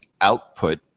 output